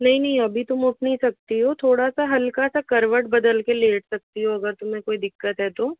नहीं नहीं अभी तुम उठ नहीं सकती हो थोड़ा सा हल्कासा करवट बदल के लेट सकती हो अगर तुम्हें कोई दिक्कत है तो